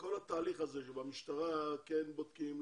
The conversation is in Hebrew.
כל התהליך הזה שבמשטרה כן בודקים או